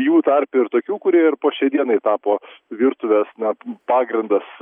jų tarpe ir tokių kurie ir po šiai dienai tapo virtuvės net pagrindas